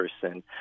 person